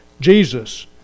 Jesus